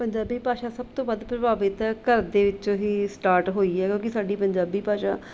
ਪੰਜਾਬੀ ਭਾਸ਼ਾ ਸਭ ਤੋਂ ਵੱਧ ਪ੍ਰਭਾਵਿਤ ਹੈ ਘਰ ਦੇ ਵਿੱਚੋਂ ਹੀ ਸਟਾਰਟ ਹੋਈ ਹੈ ਕਿਉਂਕਿ ਸਾਡੀ ਪੰਜਾਬੀ ਭਾਸ਼ਾ